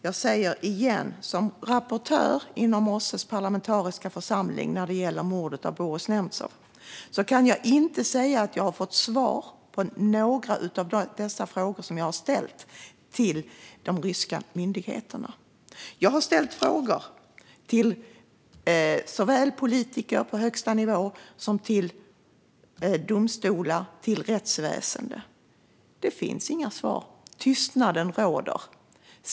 Jag säger det igen: Som rapportör inom OSSE:s parlamentariska församling när det gäller mordet på Boris Nemtsov kan jag inte säga att jag har fått svar på några av de frågor som jag har ställt till de ryska myndigheterna. Jag har ställt frågor till såväl politiker på högsta nivå som domstolar och rättsväsen. Det finns inga svar. Tystnaden råder.